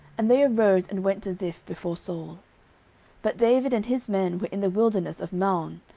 and they arose, and went to ziph before saul but david and his men were in the wilderness of maon,